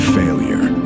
failure